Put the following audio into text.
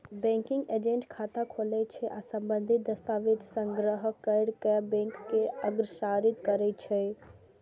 banking agent खाता खोलै छै आ संबंधित दस्तावेज संग्रह कैर कें बैंक के अग्रसारित करै छै